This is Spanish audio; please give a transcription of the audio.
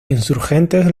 insurgentes